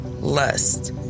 lust